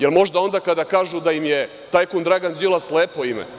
Jel možda onda kada kažu da im je tajkun Dragan Đilas lepo ime?